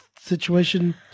situation